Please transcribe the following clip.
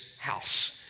house